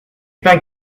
pain